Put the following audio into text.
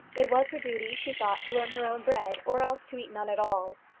it was her duty, she thought, to earn her own bread, or else to eat none at all.